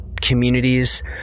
communities